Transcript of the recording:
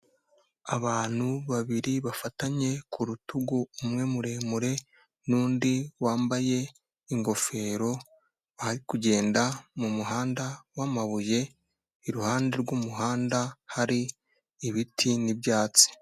Abantu babiri bafatanye ku rutugu, umwe muremure n'undi wambaye ingofero bari kugenda mu muhanda w'amabuye, iruhande rw'umuhanda hari ibiti n'ibyatsi.